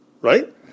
Right